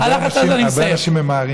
הרבה אנשים ממהרים.